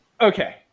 Okay